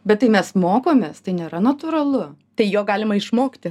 bet tai mes mokomės tai nėra natūralu tai jo galima išmokti